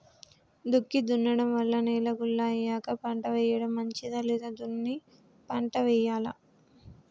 దుక్కి దున్నడం వల్ల నేల గుల్ల అయ్యాక పంట వేయడం మంచిదా లేదా దున్ని పంట వెయ్యాలా?